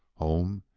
home!